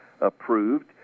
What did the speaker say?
approved